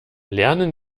lernen